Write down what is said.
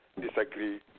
Disagree